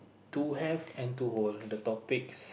to have and to hold the topics